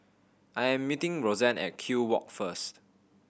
I am meeting Rosanne at Kew Walk first